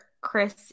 Chris